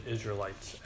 Israelites